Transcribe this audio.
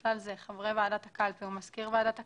ובכלל זה חברי ועדת הקלפי ומזכיר ועדת הקלפי,